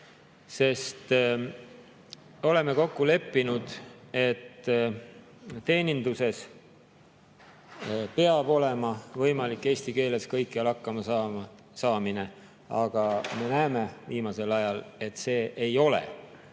me oleme kokku leppinud, et teeninduses peab olema võimalik eesti keeles kõikjal hakkama saada, aga me näeme viimasel ajal, et see ei ole